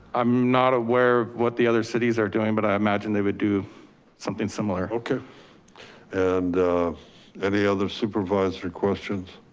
i'm not aware of what the other cities are doing, but i imagine they would do something similar okay and any other supervisor questions?